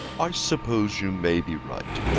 i suppose you may be right,